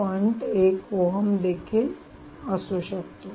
1 ohm इत्यादि असू शकतो